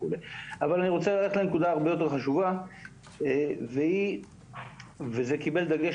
אני רוצה ללכת לנקודה הרבה יותר חשובה וזה קיבל דגש